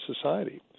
society